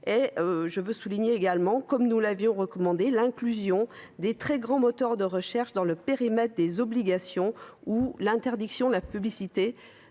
! Il faut souligner également l’inclusion, comme nous l’avions recommandé, des très grands moteurs de recherche dans le périmètre des obligations ou l’interdiction de la publicité